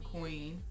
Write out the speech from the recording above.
Queen